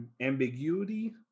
ambiguity